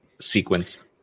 sequence